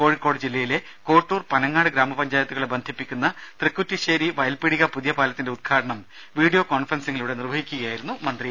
കോഴിക്കോട് ജില്ലയിലെ കോട്ടൂർ പനങ്ങാട് ഗ്രാമപഞ്ചായത്തുകളെ ബന്ധിപ്പിക്കുന്ന തൃക്കുറ്റിശ്ശേരി വയൽപീടിക പുതിയപാലത്തിന്റെ ഉദ്ഘാടനം വീഡിയോ കോൺഫറൻസിംഗിലൂടെ നിർവഹിച്ച് സംസാരിക്കുകയായിരുന്നു മന്ത്രി